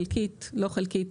חלקית ולא חלקית.